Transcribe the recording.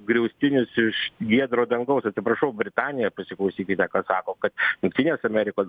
griaustinis iš giedro dangaus atsiprašau britanija pasiklausykite ką sako kad jungtinės amerikos